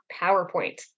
PowerPoint